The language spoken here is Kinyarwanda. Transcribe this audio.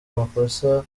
makosa